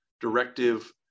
directive